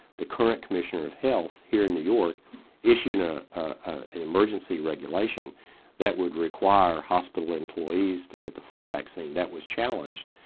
the current commissioner of health here in new york issued an emergency regulation that would require hospital employees to get the flu vaccine. that was challenged.